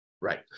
Right